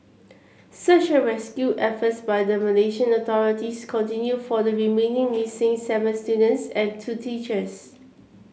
search rescue efforts by the Malaysian authorities continue for the remaining missing seven students and two teachers